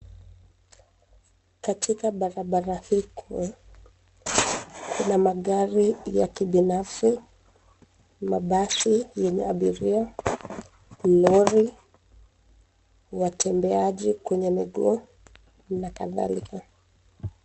Katika barabara hii kuu, kuna magari ya kibinafsi, mabasi yenye abiria, lori, watembeaji kwenye miguu, na kadhalika.